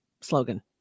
slogan